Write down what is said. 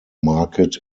market